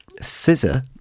Scissor